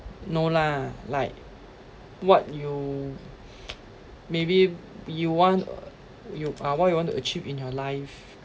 no lah like what you maybe you want ah what you want to achieve in your life